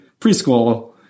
preschool